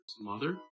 Mother